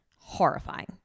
horrifying